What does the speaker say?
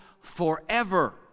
forever